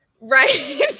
right